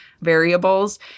variables